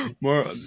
more